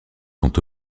sont